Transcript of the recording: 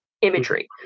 imagery